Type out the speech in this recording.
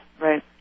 Right